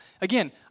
Again